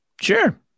Sure